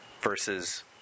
versus